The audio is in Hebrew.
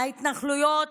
ההתנחלויות,